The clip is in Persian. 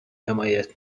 حمایت